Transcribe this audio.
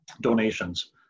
donations